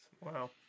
Wow